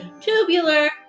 Tubular